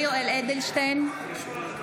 (קוראת בשמות חברי הכנסת) יולי יואל אדלשטיין,